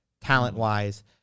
talent-wise